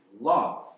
Love